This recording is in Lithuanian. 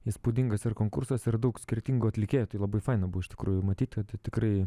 įspūdingas ir konkursas ir daug skirtingų atlikėjų tai labai faina buvo iš tikrųjų matyti tai tikrai